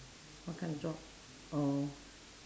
what kind of job oh